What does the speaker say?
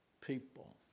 people